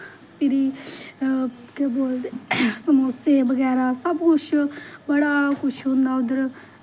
फिरी केह् बोलदे समोसे बगैरा सब कुश बड़ा कुश होंदा उध्दर